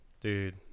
Dude